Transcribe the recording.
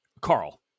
Carl